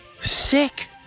sick